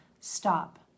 Stop